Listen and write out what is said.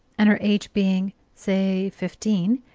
and her age being, say, fifteen,